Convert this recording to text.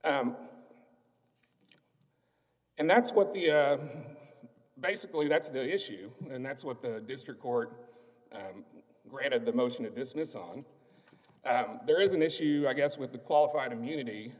are and that's what the basically that's the issue and that's what the district court granted the motion to dismiss on there is an issue i guess with the qualified immunity